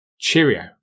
Cheerio